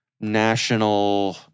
national